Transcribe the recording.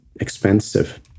expensive